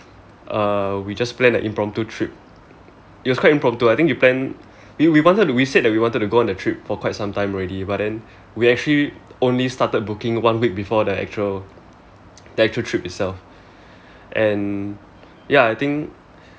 uh we just planned an impromptu trip it was quite impromptu I think we planned we wanted to we said that we wanted to go on a trip for quite sometime already but then we actually only started booking one week before the actual the actual trip itself and ya I think